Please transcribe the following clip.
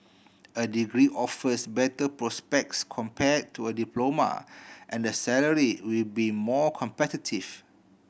a degree offers better prospects compare to a diploma and the salary will be more competitive